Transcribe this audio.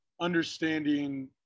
understanding